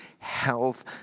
health